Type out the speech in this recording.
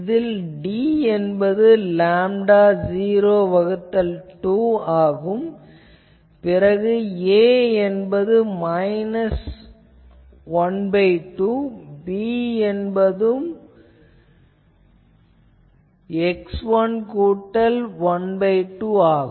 இந்த d என்பது lambda 0 வகுத்தல் 2 பிறகு 'a' என்பது x1 மைனஸ் 12 'b' என்பது x1 கூட்டல் ½ ஆகும்